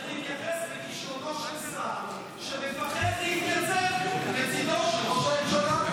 צריך להתייחס לכישלונו של שר שמפחד להתייצב לצידו של ראש הממשלה.